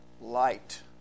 light